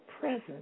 presence